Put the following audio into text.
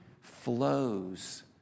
flows